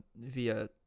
via